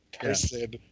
person